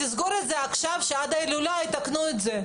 תסגור את זה עכשיו כדי שעד ההילולה יתקנו את זה,